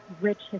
rich